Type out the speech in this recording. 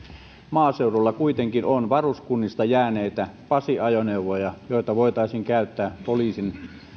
maaseudulla kuitenkin on varuskunnista jääneitä pasi ajoneuvoja joita voitaisiin käyttää poliisin